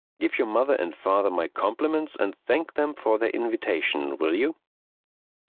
give your mother and father my compliments and thank them for their invitation, will you?